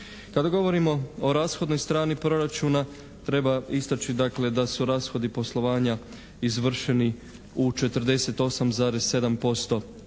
Kada govorimo o rashodnoj strani proračuna treba istaći dakle da su rashodi poslovanja izvršeni u 48,7%